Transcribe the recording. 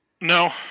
No